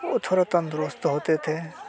वो थोड़े तंदुरुस्त होते थे